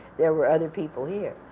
there were other people here.